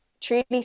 truly